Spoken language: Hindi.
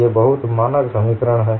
ये बहुत मानक समीकरण हैं